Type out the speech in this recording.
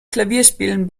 klavierspielen